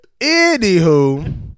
Anywho